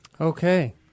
Okay